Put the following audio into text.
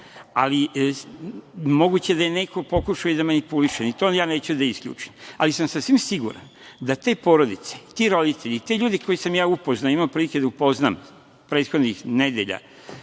Ali, moguće da je neko pokušao i da manipuliše, ni to ja neću da isključim, ali sam sasvim siguran da te porodice, ti roditelji, ti ljudi koje sam ja upoznao, imao prilike da upoznam prethodnih nedelja,